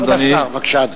כבוד השר, בבקשה.